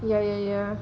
ya ya ya